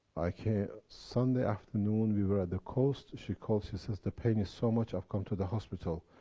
i came. sunday afternoon, we were at the coast. she called, she says, the pain is so much, i've come to the hospital.